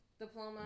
Diploma